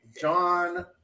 John